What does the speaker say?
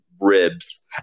ribs